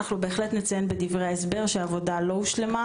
אנחנו בהחלט נציין בדברי ההסבר שהעבודה לא הושלמה